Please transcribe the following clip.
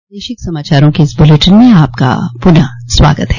प्रादेशिक समाचारों के इस बुलेटिन में आपका फिर से स्वागत है